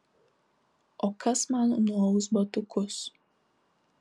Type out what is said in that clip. o kas man nuaus batukus